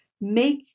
make